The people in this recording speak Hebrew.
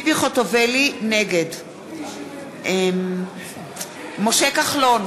נגד משה כחלון,